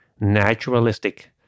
naturalistic